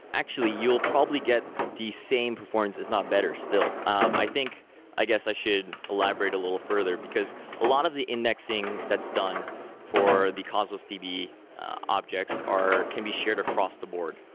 actually, you'll probably get the same performance, if not, better still. um i think i guess i should elaborate a little further because a lot of the indexing that's done for the cosmos db objects can be shared across the board.